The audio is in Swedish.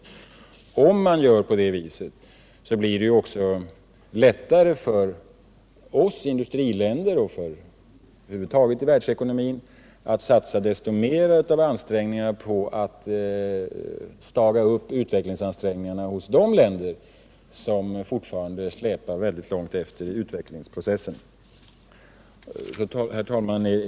Om man gör det blir det också lättare för oss industriländer och över huvud taget för världsekonomin att satsa mera på att staga upp utvecklingsansträngningarna hos de länder som fortfarande släpar mycket långt efter i utvecklingsprocessen. Herr talman!